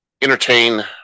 entertain